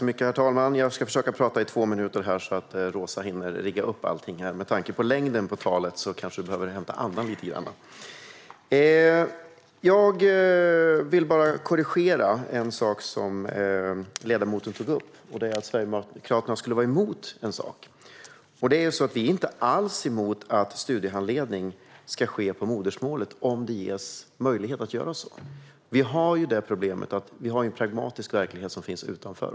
Herr talman! Jag ska försöka prata i två minuter så att Roza hinner rigga upp allting här. Med tanke på längden på talet kanske du behöver hämta andan lite grann. Jag vill korrigera en sak som ledamoten tog upp. Det gäller att Sverigedemokraterna skulle vara emot en sak. Vi är inte alls emot att studiehandledning ska ske på modersmålet om det finns möjlighet till det. Vi har ett problem. Det finns en pragmatisk verklighet här utanför.